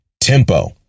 tempo